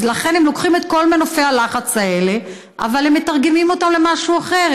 אז לכן הם לוקחים את כל מנופי הלחץ האלה אבל הם מתרגמים אותם למשהו אחר,